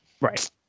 Right